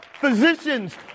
physicians